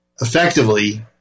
effectively